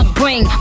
bring